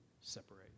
separate